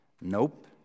Nope